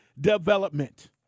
development